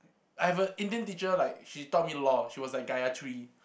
I have a Indian teacher like she taught me law she was like Gayathri